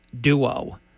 duo